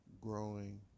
growing